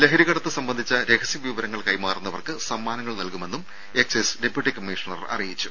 ലഹരിക്കടത്ത് സംബന്ധിച്ച രഹസ്യ വിവരങ്ങൾ കൈമാറുന്നവർക്ക് സമ്മാനങ്ങൾ നൽകുമെന്നും എക്സൈസ് ഡെപ്യൂട്ടി കമ്മീഷണർ അറിയിച്ചു